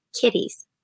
kitties